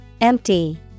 Empty